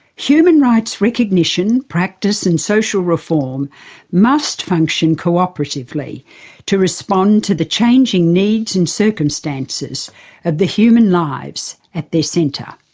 human rights recognition, practice and social reform must function cooperatively to respond to the changing needs and circumstances of the human lives at their centre.